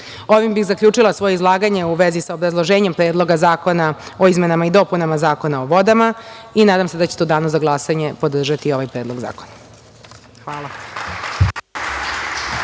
bi zaključila svoje izlaganje u vezi sa obrazloženjem Predloga zakona o izmenama i dopunama Zakona o vodama. Nadam se da ćete u danu za glasanje podržati ovaj predlog zakona. Hvala